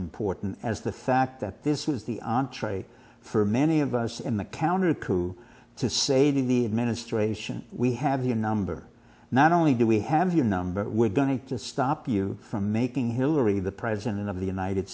important as the fact that this was the entree for many of us in the counter coup to say the administration we have your number not only do we have your number we're going to stop you from making hillary the president of the united